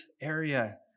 area